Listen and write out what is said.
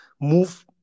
move